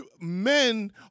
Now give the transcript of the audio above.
men